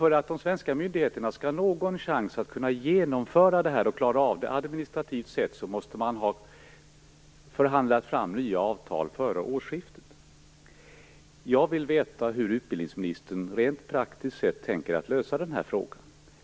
För att de svenska myndigheterna skall ha någon chans att kunna genomföra detta och klara av det administrativt måste man ha förhandlat fram nya avtal före årsskiftet. Jag vill veta hur utbildningsministern rent praktiskt tänker lösa den här frågan.